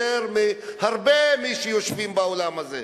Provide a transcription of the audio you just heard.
יותר מהרבה מאלה שיושבים באולם הזה,